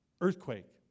earthquake